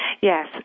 Yes